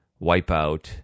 Wipeout